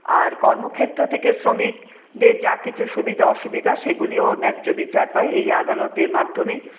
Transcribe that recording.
আর কর্মক্ষেত্র থেকে শ্রমিকদের যা কিছু সুবিধা অসুবিধা সেগুলিও ন্যায্য বিচার পায় এই আদালতের মাধ্যমে